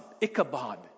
Ichabod